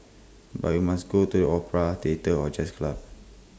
but we must go to the opera theatre or jazz club